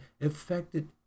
affected